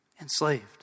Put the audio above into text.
Enslaved